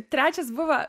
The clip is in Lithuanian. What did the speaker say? trečias buvo